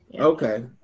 Okay